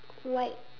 white